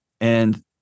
And-